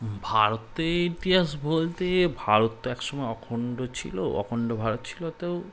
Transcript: ভারতের ইতিহাস বলতে ভারত তো একসময় অখণ্ড ছিল অখণ্ড ভারত ছিল তো